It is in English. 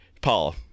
Paul